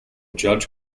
judge